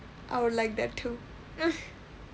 I would like that too